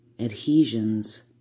adhesions